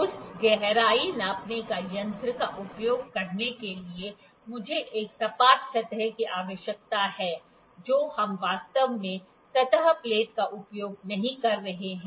उस गहराई नापने का यंत्र का उपयोग करने के लिए मुझे एक सपाट सतह की आवश्यकता है जो हम वास्तव में सतह प्लेट का उपयोग नहीं कर रहे हैं